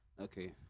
Okay